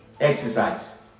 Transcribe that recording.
exercise